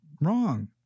wrong